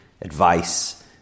advice